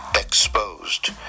exposed